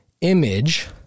image